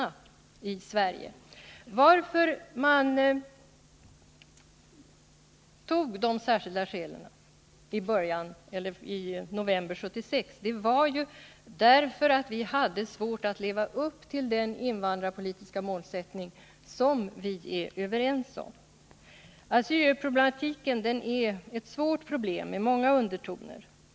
Anledningen till att vi fattade beslut om de särskilda skälen i november 1976 var att vi hade svårt att leva upp till den invandrarpolitiska målsättning som vi är överens om. Assyrierproblematiken är svår och har många undertoner.